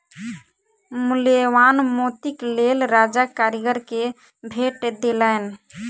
मूल्यवान मोतीक लेल राजा कारीगर के भेट देलैन